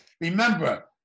Remember